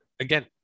Again